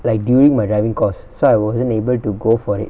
like during my driving course so I wasn't able to go for it